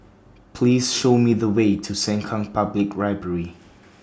Please Show Me The Way to Sengkang Public Library